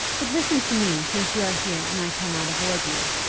but listen to me, since you are here and i cannot avoid you.